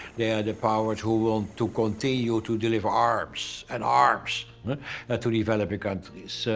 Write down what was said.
they are the powers who want to continue you to deliver arms and arms ah to developing countries. so